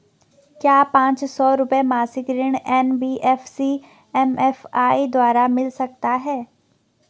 क्या पांच सौ रुपए मासिक ऋण एन.बी.एफ.सी एम.एफ.आई द्वारा मिल सकता है?